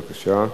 בבקשה.